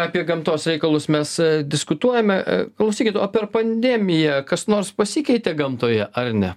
apie gamtos reikalus mes diskutuojame klausykit o per pandemiją kas nors pasikeitė gamtoje ar ne